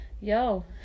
yo